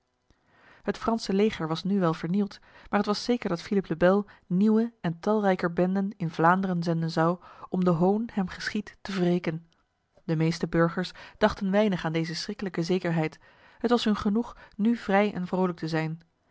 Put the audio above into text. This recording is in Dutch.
het franse leger was nu wel vernield maar het was zeker dat philippe le bel nieuwe en talrijker benden in vlaanderen zenden zou om de hoon hem geschied te wreken de meeste burgers dachten weinig aan deze schriklijke zekerheid het was hun genoeg nu vrij en vrolijk te zijn